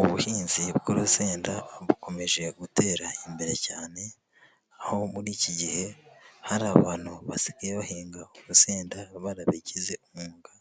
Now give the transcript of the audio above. Ubuhinzi bw'urusenda bukomeje gutera imbere cyane, aho muri iki gihe hari abantu basigaye bahinga urusenda barabigize umwuga